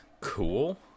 cool